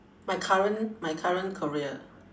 my current my current career